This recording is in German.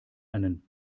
einen